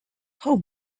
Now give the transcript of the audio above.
how